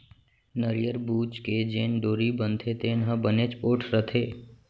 नरियर बूच के जेन डोरी बनथे तेन ह बनेच पोठ रथे